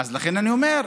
אז לכן אני אומר.